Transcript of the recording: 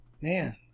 Man